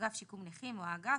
חוק הנכים (תגמולים ושיקום) (תיקון מס'